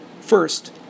First